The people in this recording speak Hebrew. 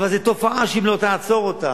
אבל זה תופעה שאם לא תעצור אותה,